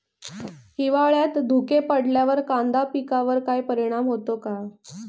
हिवाळ्यात धुके पडल्यावर कांदा पिकावर काय परिणाम होतो?